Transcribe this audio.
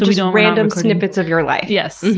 ah you know random snippets of your life. yes.